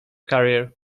career